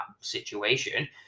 situation